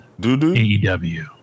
AEW